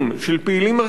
של פעילים מרכזיים,